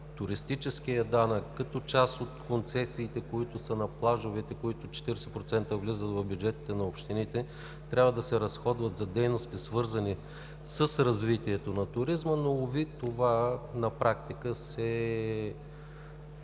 туристическия данък, като част от концесиите на плажовете, 40% от които влизат в бюджетите на общините, трябва да се разходват за дейности, свързани с развитието на туризма, но уви, това на практика не